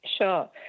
Sure